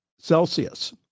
Celsius